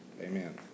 Amen